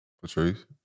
Patrice